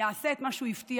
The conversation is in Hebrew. יעשה את מה שהוא הבטיח,